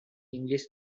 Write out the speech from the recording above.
english